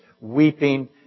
weeping